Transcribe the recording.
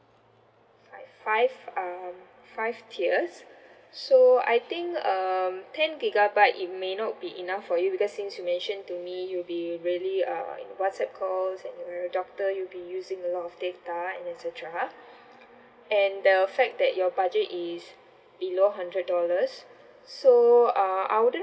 five five um five tiers so I think um ten gigabyte it may not be enough for you because since you mentioned to me you'll be really uh in whatsapp call since you're a doctor you'll be using a lot of data and etcetera and the fact that your budget is below hundred dollars so uh I wouldn't